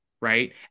right